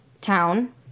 town